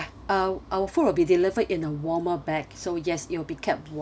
uh our food will be delivered in a warmer bag so yes it will be kept warm